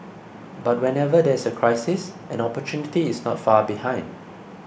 but whenever there is a crisis an opportunity is not far behind